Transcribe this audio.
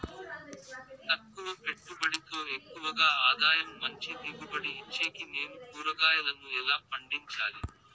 తక్కువ పెట్టుబడితో ఎక్కువగా ఆదాయం మంచి దిగుబడి ఇచ్చేకి నేను కూరగాయలను ఎలా పండించాలి?